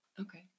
Okay